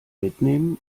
mitnehmen